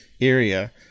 area